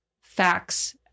facts